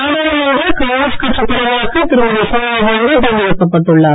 நாடாளுமன்ற காங்கிரஸ் கட்சித் தலைவராக திருமதி சோனியாகாந்தி தேர்ந்தெடுக்கப்பட்டு உள்ளார்